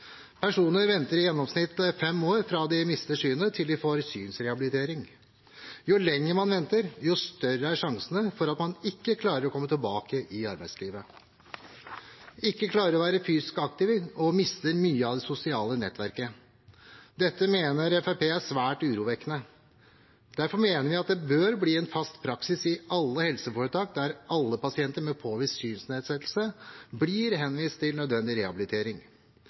Personer venter i gjennomsnitt fem år fra de mister synet til de får synsrehabilitering. Jo lenger man venter, jo større er faren for at man ikke klarer å komme tilbake til arbeidslivet, ikke klarer å være fysisk aktiv og mister mye av det sosiale nettverket. Dette mener Fremskrittspartiet er svært urovekkende. Derfor mener vi det bør bli en fast praksis i alle helseforetak at alle pasienter med påvist synsnedsettelse blir henvist til nødvendig rehabilitering.